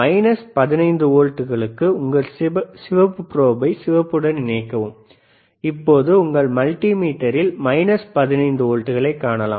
minus 15 வோல்ட்டுகளுக்கு உங்கள் சிவப்பு ப்ரோபை சிவப்புடன் இணைக்கவும் இப்போது உங்கள் மல்டி மீட்டரில் மைனஸ் 15 வோல்ட்களைக் காணலாம்